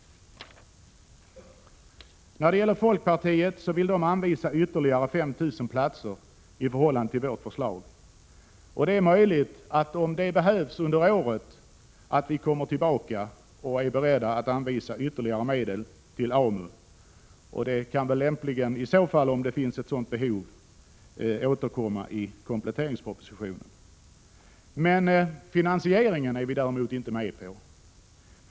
Folkpartiet vill anvisa ytterligare 5 000 platser i förhållande till vårt förslag. Det är möjligt att vi under året — om det behövs — kommer tillbaka och är beredda att anvisa ytterligare medel till AMU. Om det finns ett sådant behov, kan det vara lämpligt att återkomma i kompletteringspropositionen. Finansieringen är vi däremot inte med på.